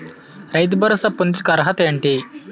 రైతు భరోసా పొందుటకు అర్హత ఏంటి?